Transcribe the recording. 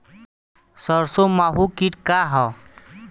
सरसो माहु किट का ह?